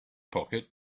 pocket